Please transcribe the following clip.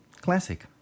Classic